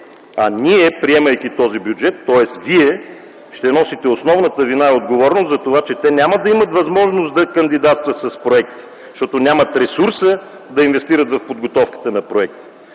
а ние, приемайки този бюджет, тоест вие, ще носите основната вина и отговорност за това, че те няма да имат възможност да кандидатстват с проекти, защото нямат ресурса да инвестират в подготовката на проекти.